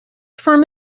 firm